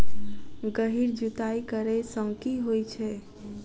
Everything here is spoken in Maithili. गहिर जुताई करैय सँ की होइ छै?